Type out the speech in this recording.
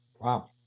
Wow